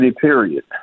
period